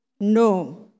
No